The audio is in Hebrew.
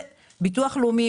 ביטוח לאומי.